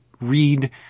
read